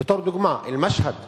לדוגמה, אל-משהד